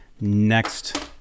next